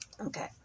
okay